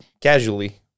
casually